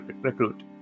recruit